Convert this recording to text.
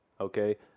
Okay